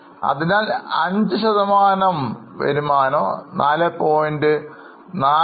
അതിനാൽ 5 ശതമാനം വരുമാനം 4